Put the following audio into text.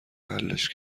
حلش